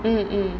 mm mm